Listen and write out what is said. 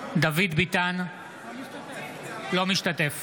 ביטן, אינו משתתף